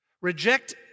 Reject